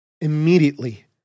immediately